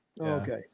Okay